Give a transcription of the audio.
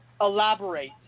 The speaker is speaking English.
Elaborate